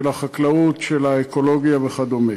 של החקלאות, של האקולוגיה וכדומה.